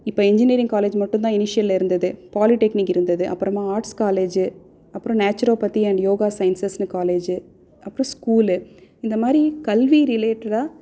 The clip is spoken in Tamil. இப்போ என்ஜினியரிங் காலேஜ் மட்டுந்தான் இனிஷியல்லா இருந்தது பாலிடெக்னிக் இருந்தது அப்புறமா ஆர்ட்ஸ் காலேஜு அப்புறம் நேச்சுரோபதி அண்ட் யோகா சயின்ஸன்னு காலேஜு அப்புறம் ஸ்கூலு இந்த மாதிரி கல்வி ரிலேட்டடாக